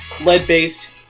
lead-based